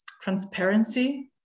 transparency